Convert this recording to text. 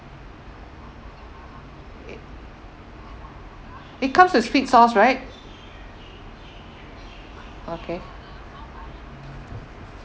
it it comes with sweet sauce right okay